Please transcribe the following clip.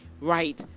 right